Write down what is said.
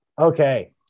Okay